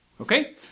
Okay